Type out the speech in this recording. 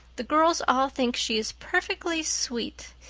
the girls all think she is perfectly sweet.